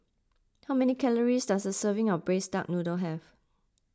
how many calories does a serving of Braised Duck Noodle have